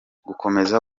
gukomeza